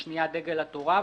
השנייה "דגל התורה".